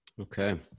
Okay